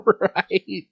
Right